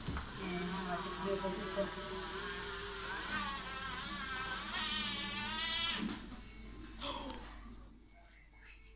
ᱦᱮᱸ ᱢᱟᱪᱮᱫ ᱠᱚᱦᱚᱸ ᱵᱮᱥ ᱜᱮᱠᱚ